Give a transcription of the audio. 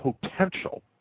potential